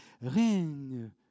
règne